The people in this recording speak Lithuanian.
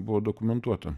buvo dokumentuota